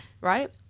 right